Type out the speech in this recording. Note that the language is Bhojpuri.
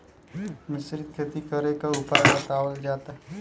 मिश्रित खेती करे क उपाय बतावल जा?